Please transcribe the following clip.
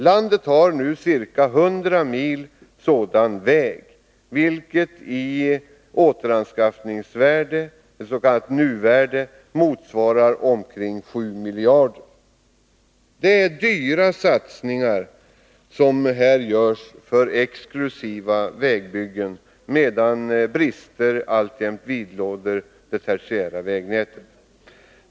Landet har nu ca 100 mil sådan väg, vilket i återanskaffningsvärde eller s.k. nuvärde motsvarar omkring 7 miljarder. Det är alltså dyrbara satsningar som görs på exklusiva vägbyggen, medan brister alltjämt vidlåder det tertiära vägnätet.